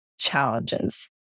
challenges